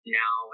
now